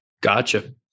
Gotcha